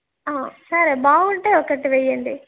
సరే బాగుంటే ఒకటి వెయ్యండి